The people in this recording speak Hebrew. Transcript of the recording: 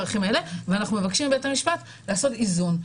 ואנחנו מבקשים מבית המשפט לעשות איזון.